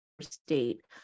state